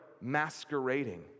masquerading